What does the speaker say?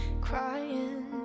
crying